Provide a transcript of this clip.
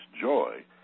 joy